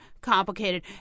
complicated